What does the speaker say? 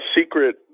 secret